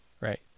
Right